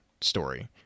story